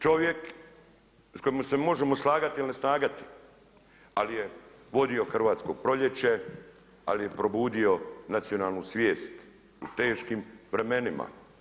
Čovjek s kojim se možemo slagati ili ne slagati ali je vodio Hrvatsko proljeće, ali je probudio nacionalnu svijest u teškim vremenima.